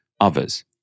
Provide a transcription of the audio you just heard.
others